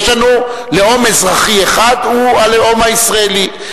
יש לנו לאום אזרחי אחד, והוא הלאום הישראלי.